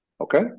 Okay